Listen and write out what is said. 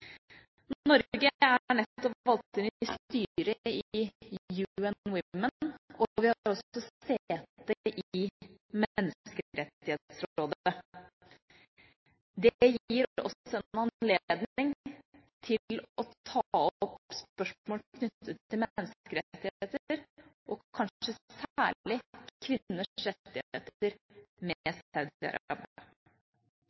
Norge er nettopp valgt inn i styret i UN Women, og vi har også sete i Menneskerettighetsrådet. Det gir oss en anledning til å ta opp spørsmål knyttet til menneskerettigheter, og kanskje særlig kvinners rettigheter, med